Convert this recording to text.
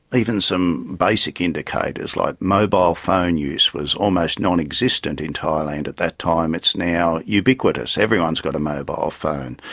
even some basic indicators like mobile phone use was almost non-existent in thailand at that time, it's now ubiquitous, everyone has got a mobile phone.